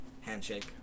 handshake